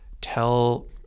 tell